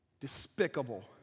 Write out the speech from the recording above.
despicable